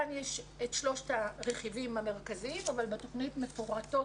כאן יש את שלושת הרכיבים המרכזיים אבל בתוכנית מפורטים